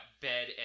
Bed